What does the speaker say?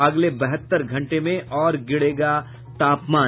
अगले बहत्तर घंटे में और गिरेगा तापमान